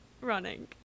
running